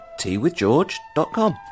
teawithgeorge.com